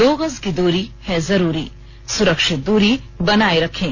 दो गज की दूरी है जरूरी सुरक्षित दूरी बनाए रखें